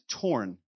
torn